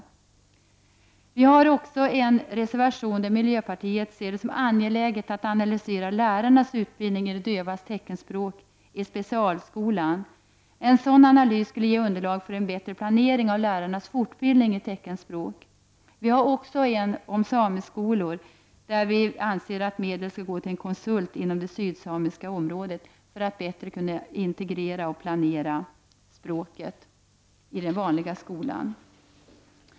Miljöpartiet har också en reservation där vi ser det som angeläget att analysera lärarnas utbildning i de dövas teckenspråk i specialskolan. En sådan analys skulle ge underlag för en bättre planering av lärarnas fortbildning i teckenspråk. I en reservation om sameskolor anser vi att medel skall gå till en konsult inom det sydsamiska området för att man bättre skall kunna integrera och planera språket i den vanliga skolan.